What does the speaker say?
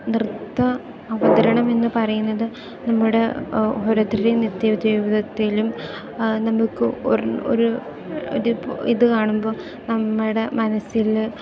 നൃത്ത അവതരണമെന്ന് പറയുന്നത് നമ്മുടെ ഓരോരുത്തരുടെയും നിത്യ ജീവിതത്തിലും നമുക്ക് ഒര് ഒരു ഒര് ഇത് കാണുമ്പോ നമ്മടെ മനസ്സില്